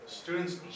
Students